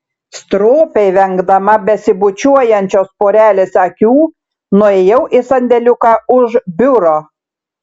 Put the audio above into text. stropiai vengdama besibučiuojančios porelės akių nuėjau į sandėliuką už biuro